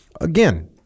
again